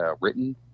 written